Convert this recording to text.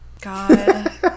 God